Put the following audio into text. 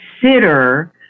consider